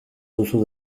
duzu